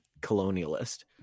colonialist